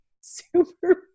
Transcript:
super